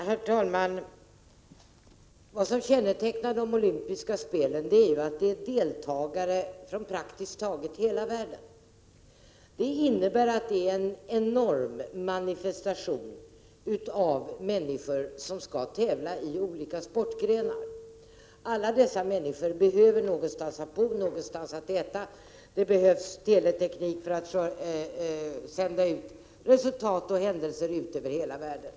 Herr talman! Vad som kännetecknar de olympiska spelen är att de har deltagare med från praktiskt taget hela världen. Det innebär en enorm manifestation av människor som skall tävla i olika sportgrenar. Alla dessa människor behöver någonstans att bo och att äta. Det behövs teleteknik för att sända ut resultaten och händelserna över hela världen.